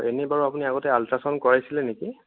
এনে বাৰু আপুনি আগতে আল্ট্ৰাচাউণ্ড কৰাইছিল নেকি